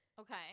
Okay